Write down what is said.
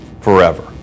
forever